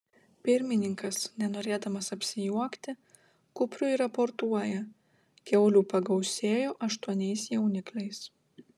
pirmininkas nenorėdamas apsijuokti kupriui raportuoja kiaulių pagausėjo aštuoniais jaunikliais